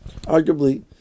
arguably